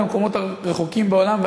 במקומות הרחוקים בעולם,